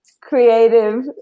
creative